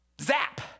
zap